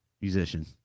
musician